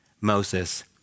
Moses